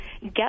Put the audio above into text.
get